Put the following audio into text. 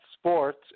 Sports